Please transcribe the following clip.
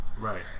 Right